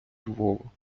львова